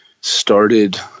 started